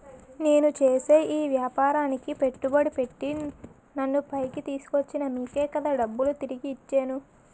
నేను చేసే ఈ వ్యాపారానికి పెట్టుబడి పెట్టి నన్ను పైకి తీసుకొచ్చిన మీకే కదా డబ్బులు తిరిగి ఇచ్చేను